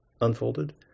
unfolded